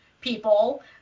people